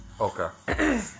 Okay